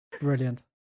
Brilliant